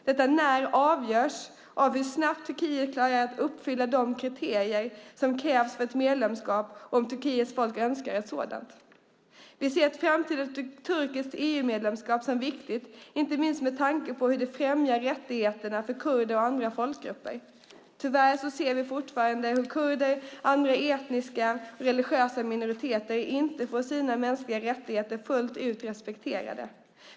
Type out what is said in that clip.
Detta när avgörs av hur snabbt Turkiet klarar att uppfylla kriterierna för ett medlemskap om Turkiets folk önskar ett sådant. Vi ser ett framtida turkiskt EU-medlemskap som viktigt, inte minst med tanke på hur det främjar rättigheterna för kurder och andra folkgrupper. Tyvärr ser vi fortfarande hur kurder och andra etniska och religiösa minoriteter inte får sina mänskliga rättigheter fullt ut respekterade.